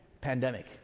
pandemic